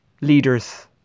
leaders